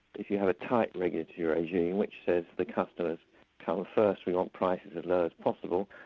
if you have a tight regulatory regime which says the customers come first, we want prices as low as possible,